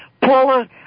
Paula